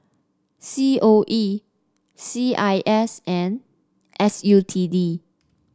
C O E C I S and S U T D